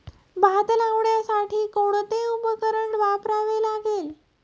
भात लावण्यासाठी कोणते उपकरण वापरावे लागेल?